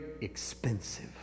expensive